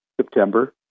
September